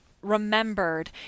remembered